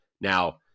Now